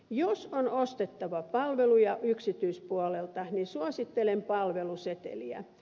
jos on ostettava palveluja yksityispuolelta niin suosittelen palveluseteliä